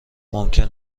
ممکن